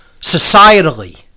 Societally